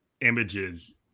images